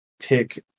pick